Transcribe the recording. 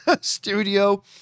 studio